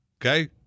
Okay